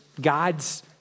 God's